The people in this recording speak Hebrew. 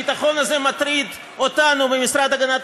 הביטחון הזה מטריד אותנו במשרד להגנת